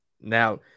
Now